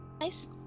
Nice